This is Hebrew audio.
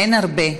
אין הרבה,